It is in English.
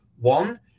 one